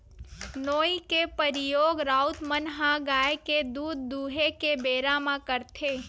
नोई के परियोग राउत मन ह गाय के दूद दूहें के बेरा करथे